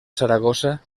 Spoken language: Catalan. saragossa